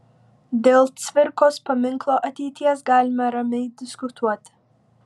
dėl cvirkos paminklo ateities galime ramiai diskutuoti